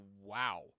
Wow